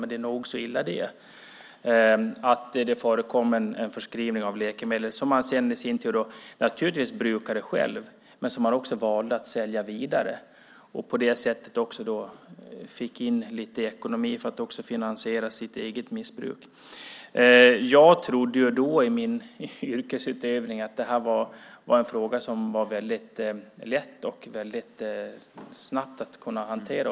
Men det är nog så illa det. Det förekom förskrivning av läkemedel som man naturligtvis brukade själv men som man också valde att sälja vidare. På det sättet fick man också lite ekonomi för att finansiera sitt eget missbruk. Jag trodde då i min yrkesutövning att det här var en fråga som var mycket lätt att hantera och att det skulle gå snabbt.